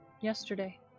yesterday